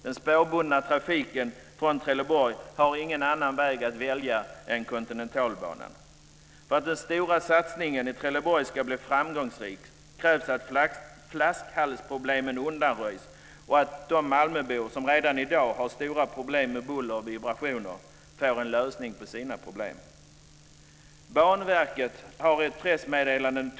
Den spårbundna trafiken från Trelleborg har ingen annan väg att välja än Kontinentalbanan. För att den stora satsningen i Trelleborg ska bli framgångsrik krävs att flaskhalsproblemen undanröjs och att de malmöbor som redan i dag störs av buller och vibrationer får en lösning på sina problem.